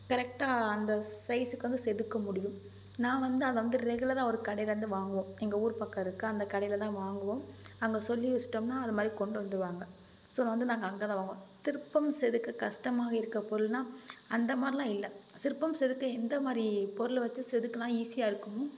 கரெக்டாக அந்த சைஸூக்கு வந்து செதுக்க முடியும் நான் வந்து அதைவந்து ரெகுலராக ஒரு கடையில் இருந்து வாங்குவோம் எங்கள் ஊர் பக்கம் இருக்குது அந்த கடையில்தான் வாங்குவோம் அங்கே சொல்லி வச்சுடோம்னா அதுமாதிரி கொண்டுவந்துடுவாங்க ஸோ வந்து நாங்கள் அங்கேதான் வாங்குவோம் சிற்பம் செதுக்க கஷ்டமா இருக்கற பொருள்னால் அந்தமாதிரிலாம் இல்லை சிற்பம் செதுக்க எந்தமாதிரி பொருள் வைச்சு செதுக்கினா ஈஸியா இருக்கும்